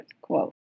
Quote